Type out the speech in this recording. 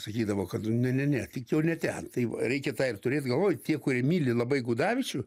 sakydavo kad ne ne ne tik jau ne ten tai reikia turėt galvoj tie kurie myli labai gudavičių